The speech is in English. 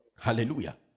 hallelujah